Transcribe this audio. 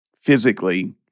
physically